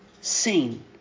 seen